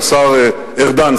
השר ארדָן,